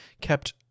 kept